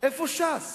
איפה ש"ס?